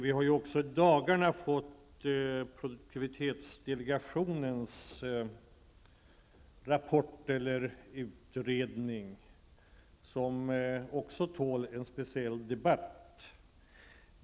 Vi har också i dagarna fått produktivitetsdelegationens utredning som också kräver en speciell debatt.